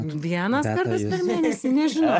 vienas kartas per mėnesį nežinau